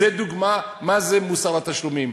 זו דוגמה מה זה מוסר התשלומים,